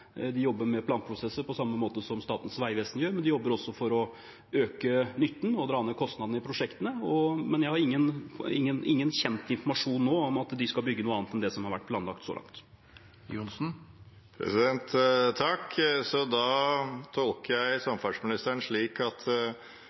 De jobber med planprosesser på samme måte som Statens vegvesen gjør, men de jobber også for å øke nytten og dra ned kostnadene i prosjektene. Jeg har ingen kjent informasjon nå om at de skal bygge noe annet enn det som har vært planlagt så langt. Da tolker jeg samferdselsministeren slik at